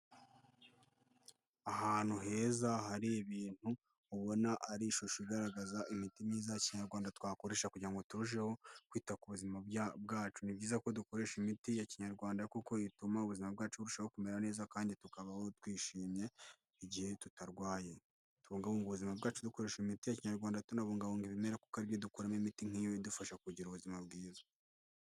Ahantu heza hari ibintu ubona ari ishusho igaragaza imiti myiza ya kinyarwanda twakoresha kugira ngo turusheho kwita ku buzima bwacu, ni byiza ko dukoresha imiti ya kinyarwanda kuko ituma ubuzima bwacu bushaho kumera neza kandi tukabaho twishimye igihe tutarwaye, tubungabunga ubuzima bwacu dukoresha imiti kinyarwanda tubungabunga ibimera kuko ibyo dukuramo imiti nk'iyi idufasha kugira ubuzima bwiza.